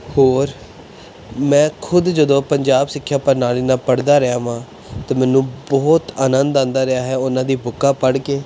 ਹੋਰ ਮੈਂ ਖੁਦ ਜਦੋਂ ਪੰਜਾਬ ਸਿੱਖਿਆ ਪ੍ਰਣਾਲੀ ਨਾਲ ਪੜ੍ਹਦਾ ਰਿਹਾ ਹਾਂ ਤਾਂ ਮੈਨੂੰ ਬਹੁਤ ਅੰਨਦ ਆਉਂਦਾ ਰਿਹਾ ਹੈ ਉਹਨਾਂ ਦੀ ਬੁੱਕਾਂ ਪੜ੍ਹ ਕੇ